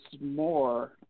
more –